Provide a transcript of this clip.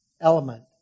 element